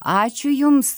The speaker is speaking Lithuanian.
ačiū jums